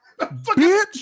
bitch